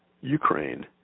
Ukraine